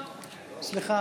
סליחה,